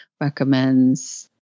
recommends